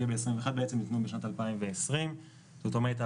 ב-2021 ניתנו בשנת 2020. זאת אומרת,